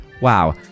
Wow